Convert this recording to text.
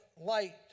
light